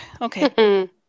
Okay